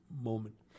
moment